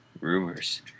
Rumors